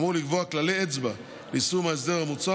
אמור לקבוע כללי אצבע ליישום ההסדר המוצע